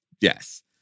Yes